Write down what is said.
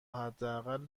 حداقل